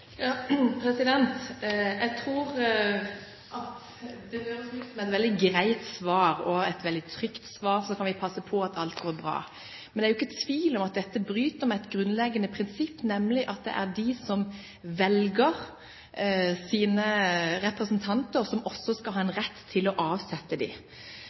kan vi passe på at alt går bra. Men det er jo ikke tvil om at dette bryter med et grunnleggende prinsipp, nemlig at det er de som velger sine representanter, som også skal ha rett til å avsette